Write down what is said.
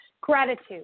Gratitude